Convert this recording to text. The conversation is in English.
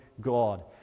God